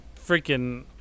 freaking